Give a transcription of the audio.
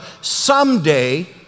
Someday